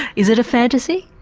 is it a fantasy?